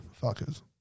fuckers